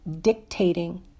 dictating